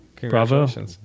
Bravo